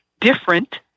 different